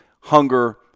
hunger